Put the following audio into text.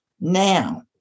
Now